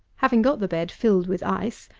having got the bed filled with ice,